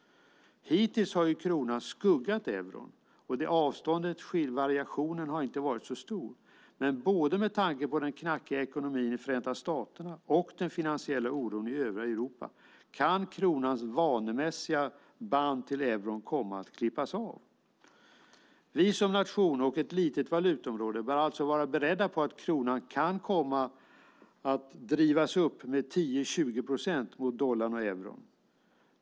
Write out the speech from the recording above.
Hittills har kronan skuggat euron, och variationen har inte varit så stor. Men både med tanke på den knackiga ekonomin i Förenta staterna och på den finansiella oron i övriga Europa kan kronans vanemässiga band till euron komma att klippas av. Vi som nation och ett litet valutaområde bör alltså vara beredda på att kronan kan komma att drivas upp med 10-20 procent mot dollarn och euron.